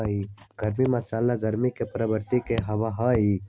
गर्म मसाला गर्म प्रवृत्ति के होबा हई